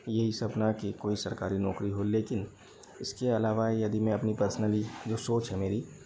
यही सपना की कोई सरकारी नौकरी हो लेकिन इसके अलावा यदि मैं अपनी पर्सनली जो सोच है मेरी